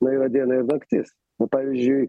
na yra diena ir naktis o pavyzdžiui